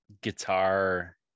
guitar